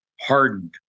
hardened